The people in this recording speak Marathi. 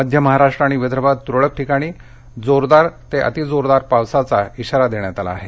मध्य महाराष्ट्र आणि विदर्भात तुरळक ठिकाणी जोरदार ते अति जोरदार पावसाचा इशारा देण्यात आला आहे